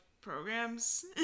programs